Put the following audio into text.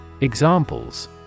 Examples